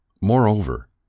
Moreover